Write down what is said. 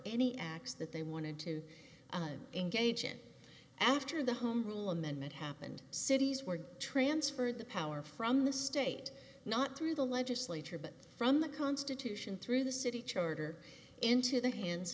any acts that they wanted to engage in after the home rule amendment happened cities were transferred the power from the state not through the legislature but from the constitution through the city charter into the hands